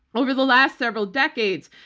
over the last several decades,